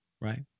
right